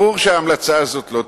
ברור שההמלצה הזאת לא תתקבל.